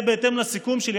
זה בהתאם לסיכום שלי.